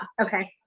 okay